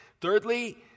Thirdly